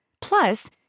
Plus